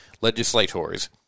legislators